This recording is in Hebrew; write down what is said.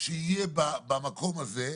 שיהיה במקום הזה,